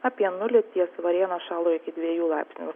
apie nulį ties varėna šalo iki dviejų laipsnių